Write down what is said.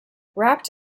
wrapped